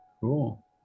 Cool